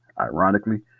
Ironically